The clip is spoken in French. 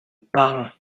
parrain